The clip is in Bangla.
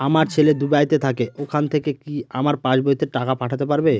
আমার ছেলে দুবাইতে থাকে ওখান থেকে কি আমার পাসবইতে টাকা পাঠাতে পারবে?